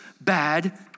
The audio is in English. bad